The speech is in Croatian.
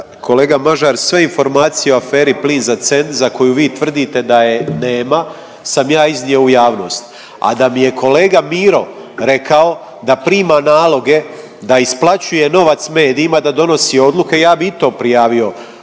Kolega Mažar sve informacije o aferi „Plin za cent“ za koju vi tvrdite da je nema sam ja iznio u javnost, a da mi je kolega Miro rekao da prima naloge, da isplaćuje novac medijima, da donosi odluke ja bih i to prijavio